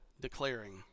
declaring